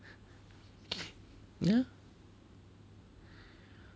yeah